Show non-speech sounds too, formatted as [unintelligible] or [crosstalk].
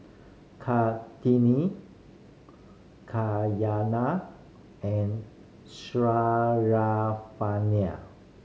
Kartini Cayana and [unintelligible]